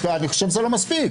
אני חושב שזה לא מספיק.